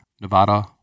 Nevada